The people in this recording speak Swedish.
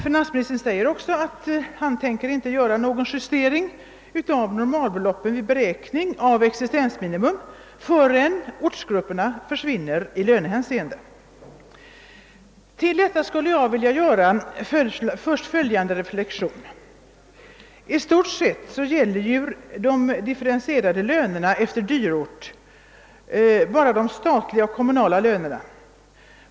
Finansministern säger att han inte tänker vidtaga någon justering av normalbeloppen vid beräkning av existensminimum förrän ortsgrupperna försvinner i lönehänseende. Till detta skulle jag först vilja göra följande reflexioner. att de existerande lönerna exakt skall utgå efter dyrort bara när det gäller de statliga och de kommunala lönerna.